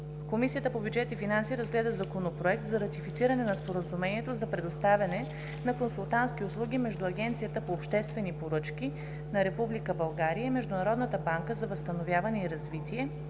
Комисията по бюджет и финанси разгледа Законопроект за ратифициране на Споразумението за предоставяне на консултантски услуги между Агенцията по обществени поръчки на Република България и Международната банка за възстановяване и развитие,